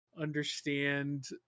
understand